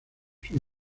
sus